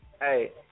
Hey